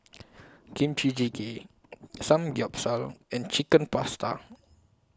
Kimchi Jjigae Samgyeopsal and Chicken Pasta